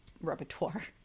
repertoire